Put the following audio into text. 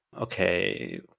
Okay